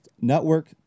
Network